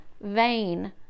vain